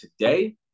today